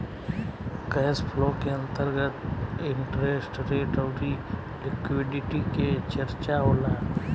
cash flow के अंतर्गत interest rate अउरी लिक्विडिटी के चरचा होला